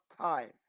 time